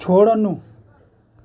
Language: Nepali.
छोड्नु